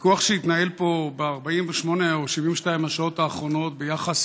הוויכוח שהתנהל פה ב-48 או ב-72 השעות האחרונות ביחס